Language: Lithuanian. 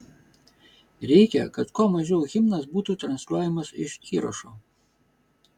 reikia kad kuo mažiau himnas būtų transliuojamas iš įrašo